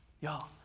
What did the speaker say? Y'all